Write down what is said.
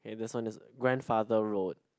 okay this one is grandfather road